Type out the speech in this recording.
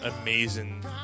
amazing